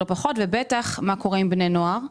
מה קורה עם בני נוער,